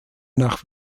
nach